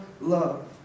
love